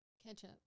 Ketchup